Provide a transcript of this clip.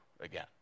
again